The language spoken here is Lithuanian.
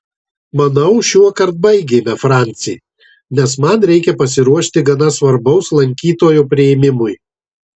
manau šiuokart baigėme franci nes man reikia pasiruošti gana svarbaus lankytojo priėmimui